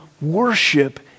worship